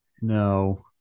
No